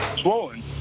Swollen